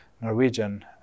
Norwegian